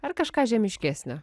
ar kažką žemiškesnio